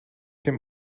dem